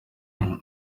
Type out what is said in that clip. nzi